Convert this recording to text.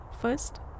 first